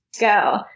go